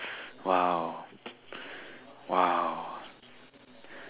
!wow! !wow!